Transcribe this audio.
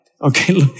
Okay